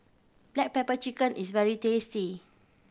black pepper chicken is very tasty